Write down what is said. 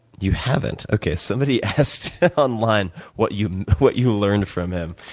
you haven't. okay, somebody asked online what you what you learned from him.